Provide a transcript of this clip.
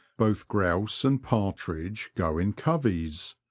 both grouse and partridge go in coveys,